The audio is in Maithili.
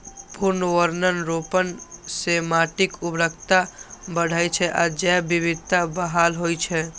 पुनर्वनरोपण सं माटिक उर्वरता बढ़ै छै आ जैव विविधता बहाल होइ छै